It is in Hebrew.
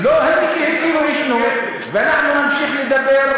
לא, הם כאילו יישנו ואנחנו נמשיך לדבר.